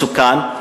מסוכן,